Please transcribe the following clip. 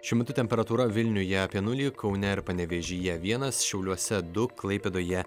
šiuo metu temperatūra vilniuje apie nulį kaune ir panevėžyje vienas šiauliuose du klaipėdoje